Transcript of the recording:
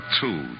two